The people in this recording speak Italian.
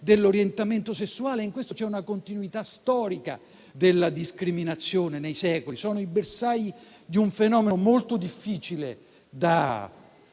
dell'orientamento sessuale. In questo c'è una continuità storica della discriminazione nei secoli. Quei gruppi sono i bersagli di un fenomeno molto difficile da